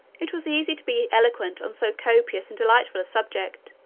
it was easy to be eloquent on so copious and delightful a subject,